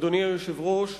אדוני היושב-ראש,